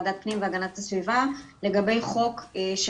כי אנחנו כמובן לוקחים את זה מאוד ברצינות